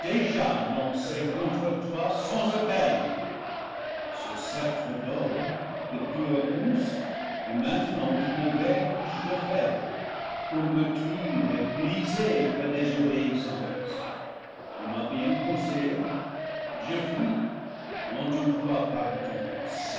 déjà lancés contre toi sans appel ce sceptre d'or que tu repousses est mainte nant une verge de fer pour meurtrir et briser ta désobéis sance tu m'as bien conseillé je fuis non toutefois par ton